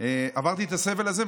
עברתי את הסבל הזה,